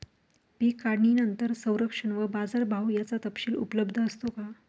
पीक काढणीनंतर संरक्षण व बाजारभाव याचा तपशील उपलब्ध असतो का?